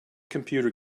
computer